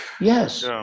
Yes